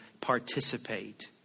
participate